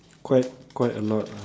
quite quite a lot ah